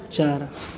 चार